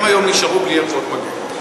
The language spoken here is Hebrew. הם היום נשארו בלי ערכות מגן.